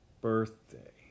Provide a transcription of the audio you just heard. birthday